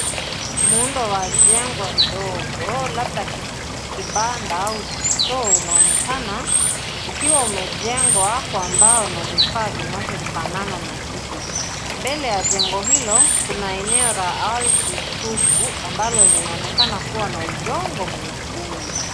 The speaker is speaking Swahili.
Muundo wa jengo ndogo labda kibanda au store unaonekana ukiwa umejengwa kwa mbao na vifaa vinavyofanana na hivyo, mbele ya jengo hilo kuna eneo la ardhi tupu ambalo linaonekana kuwa na udongo mwekundu.